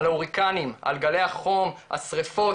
על הוריקנים, על גלי החום, השריפות,